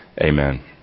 Amen